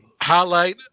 Highlight